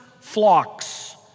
flocks